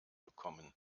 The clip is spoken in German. bekommen